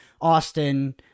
Austin